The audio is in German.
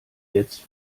jetzt